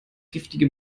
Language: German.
giftige